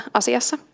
asiassa